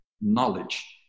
knowledge